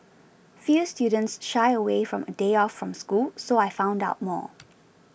few students shy away from a day off from school so I found out more